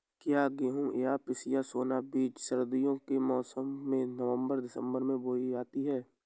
क्या गेहूँ या पिसिया सोना बीज सर्दियों के मौसम में नवम्बर दिसम्बर में बोई जाती है?